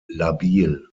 labil